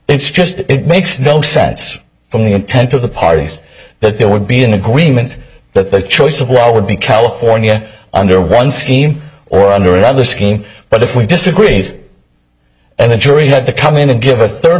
it's just it makes no sense from the intent of the parties that there would be an agreement that the choice of law would be california under one scheme or under another scheme but if we disagreed and the jury had to come in and give a third